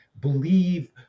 believe